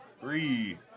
Three